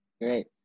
Great